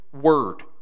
word